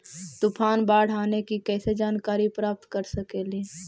तूफान, बाढ़ आने की कैसे जानकारी प्राप्त कर सकेली?